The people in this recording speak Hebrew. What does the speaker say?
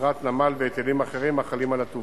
אגרת נמל והיטלים אחרים החלים על הטובין.